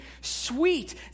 sweet